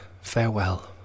farewell